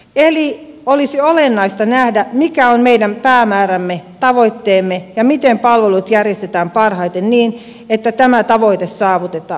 eli olisi olennaista nähdä mikä on meidän päämäärämme tavoitteemme ja miten palvelut järjestetään parhaiten niin että tämä tavoite saavutetaan